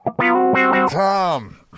Tom